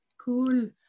Cool